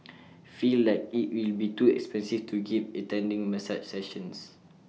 feel like IT will be too expensive to keep attending massage sessions